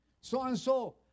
So-and-so